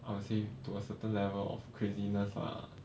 I would say to a certain level of craziness ah